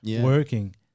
working